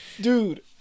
Dude